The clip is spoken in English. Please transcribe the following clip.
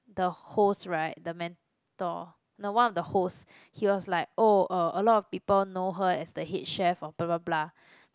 the host right the mentor no one of the host he was like oh uh a lot of people know her as the head chef or blah blah blah